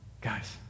Guys